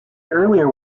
earlier